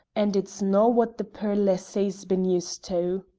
and it's no' what the puir lassie's been used to.